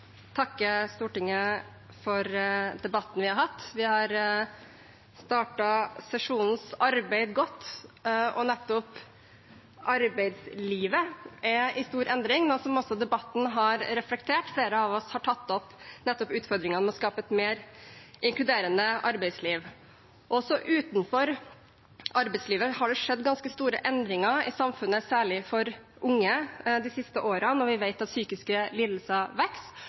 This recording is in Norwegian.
takke Stortinget for debatten vi har hatt. Vi har startet sesjonens arbeid godt, og nettopp arbeidslivet er i stor endring, noe som også debatten har reflektert. Flere av oss har tatt opp nettopp utfordringene med å skape et mer inkluderende arbeidsliv. Også utenfor arbeidslivet har det skjedd ganske store endringer i samfunnet, særlig for unge, de siste årene når vi vet at antall psykiske lidelser